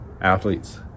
athletes